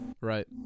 Right